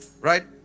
right